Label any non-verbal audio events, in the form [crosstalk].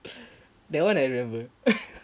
[breath] that one I remember [laughs]